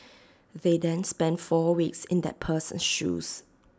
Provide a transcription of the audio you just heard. they then spend four weeks in that person's shoes